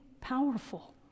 powerful